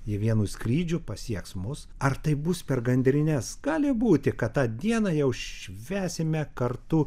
ji vienu skrydžiu pasieks mus ar tai bus per gandrines gali būti kad tą dieną jau švęsime kartu